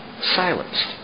silenced